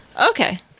Okay